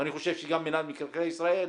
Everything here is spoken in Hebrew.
ואני חושב שגם מנהל מקרקעי ישראל